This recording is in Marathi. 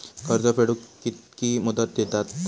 कर्ज फेडूक कित्की मुदत दितात?